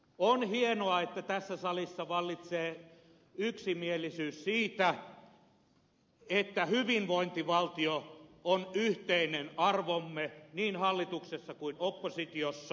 on hienoa että tässä salissa vallitsee yksimielisyys siitä että hyvinvointivaltio on yhteinen arvomme niin hallituksessa kuin oppositiossa